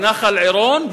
בנחל-עירון,